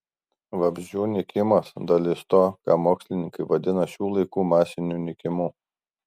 vabzdžių nykimas dalis to ką mokslininkai vadina šių laikų masiniu nykimu